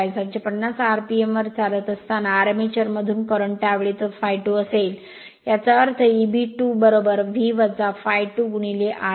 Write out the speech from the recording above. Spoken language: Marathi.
750 rpm वर चालत असताना आर्मॅचरमधून करंट त्यावेळी ते ∅2 असेल याचा अर्थ Eb 2 V ∅2 ra